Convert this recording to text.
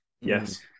Yes